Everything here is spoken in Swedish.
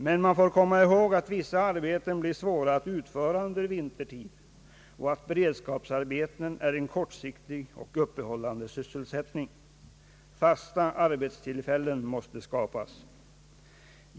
Men vi bör komma ihåg att det blir svårt att utföra vissa arbeten under vintertid och att beredskapsarbeten är en kortsiktig och uppehållande sysselsättning. Fasta arbetstillfällen måste skapas.